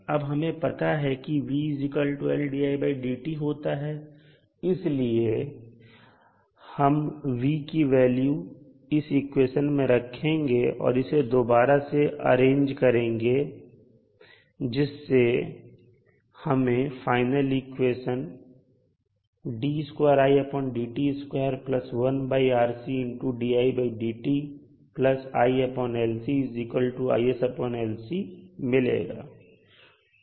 अब हमें पता है कि होता है इसलिए अब हम v की वैल्यू इस इक्वेशन में रखेंगे और इसे दोबारा से अरेंज करेंगे जिससे हमें फाइनल इक्वेशन मिलेगा